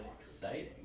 exciting